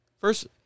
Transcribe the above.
First